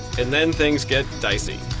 and then things get dicey.